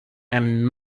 and